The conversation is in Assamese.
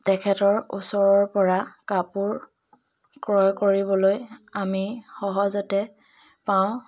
তেখেতৰ ওচৰৰ পৰা কাপোৰ ক্ৰয় কৰিবলৈ আমি সহজতে পাওঁ